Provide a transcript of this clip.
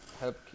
help